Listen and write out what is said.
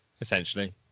essentially